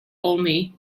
olney